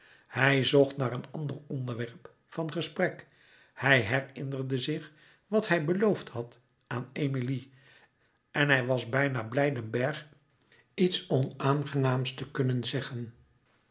hij zocht naar een ander onderwerp van gesprek hij herinnerde zich wat hij beloofd had aan emilie en hij was bijna blij den bergh iets onaangenaams te kunnen zeggen